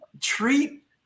treat